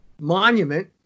monument